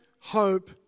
hope